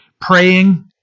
praying